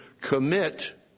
commit